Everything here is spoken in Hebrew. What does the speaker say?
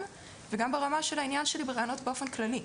וגם ברמה של העניין שלי ברעיונות באופן כללי.